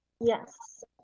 Yes